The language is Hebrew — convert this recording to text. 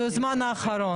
בזמן האחרון.